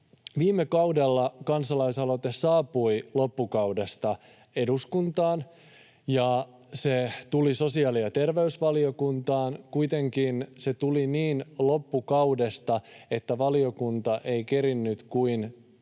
Viime kaudella kansalaisaloite saapui loppukaudesta eduskuntaan, ja se tuli sosiaali‑ ja terveysvaliokuntaan. Kuitenkin se tuli niin loppukaudesta, että valiokunta ei kerinnyt kuin